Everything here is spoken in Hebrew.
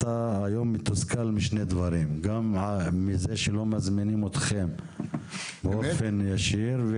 אתה היום מתוסכל משני דברים: גם מזה שלא מזמינים אתכם באופן ישיר.